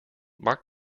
mark